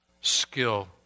skill